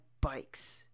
bikes